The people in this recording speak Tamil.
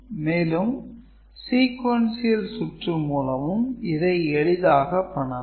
மேலும் "sequential" சுற்று மூலமும் இதை எளிதாக பண்ணலாம்